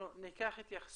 אנחנו ניקח התייחסות.